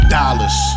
dollars